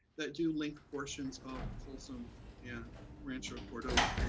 that do link portions of folsom and rancho cordova.